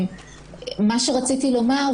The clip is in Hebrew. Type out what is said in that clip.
מה שרציתי לומר,